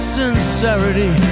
sincerity